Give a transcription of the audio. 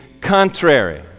contrary